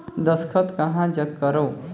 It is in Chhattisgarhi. दस्खत कहा जग करो?